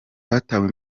batawe